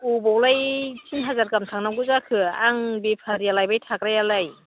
अबावलाय तिन हाजार गाहाम थांनांगौ जाखो आं बेफारिया लायबाय थाग्रायालाय